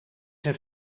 zijn